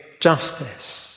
justice